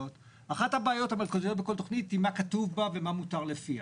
אחת הבעיות המרכזיות בכל תכנית היא מה כתוב בה ומה מותר לפיה,